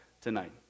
tonight